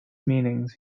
meanings